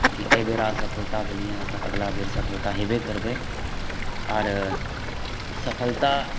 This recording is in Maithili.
जे कि एहिबेर असफलता भेलियै हँ तऽ अगला बेर सफलता हेबे करबै आर सफलता